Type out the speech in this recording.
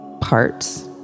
parts